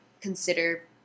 consider